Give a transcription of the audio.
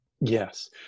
Yes